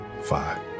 Five